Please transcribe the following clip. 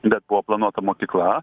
bet buvo planuota mokykla